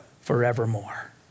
forevermore